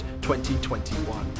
2021